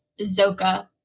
zoka